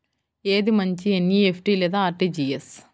ఏది మంచి ఎన్.ఈ.ఎఫ్.టీ లేదా అర్.టీ.జీ.ఎస్?